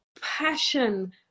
passion